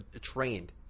trained